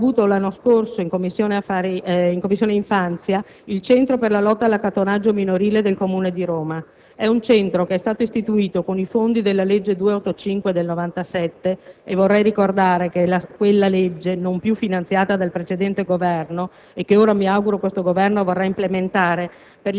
Per esempio, abbiamo avuto l'anno scorso in Commissione infanzia, il Centro per la lotta all'accattonaggio minorile del Comune di Roma: è un centro che è stato istituito con i fondi della legge n. 285 del 1997 (e vorrei ricordare che quella legge non era stata più finanziata dal precedente Governo e ora mi auguro questo Governo vorrà